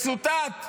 וצוטט כשאמר,